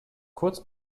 kurz